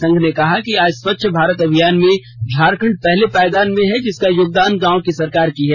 संघ ने कहा कि आज स्वच्छ भारत अभियान में झारखंड पहले पायदान में है जिसका योगदान गांव की सरकार की है